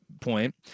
point